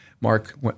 Mark